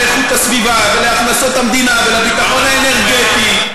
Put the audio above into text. לאיכות הסביבה ולהכנסות המדינה ולביטחון האנרגטי,